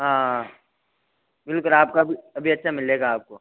हाँ बिलकुल आपको अभी अच्छा मिलेगा आपको